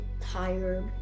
tired